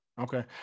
Okay